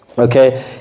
Okay